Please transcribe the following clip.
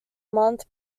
month